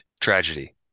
tragedy